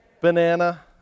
Banana